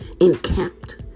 encamped